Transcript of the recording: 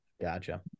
gotcha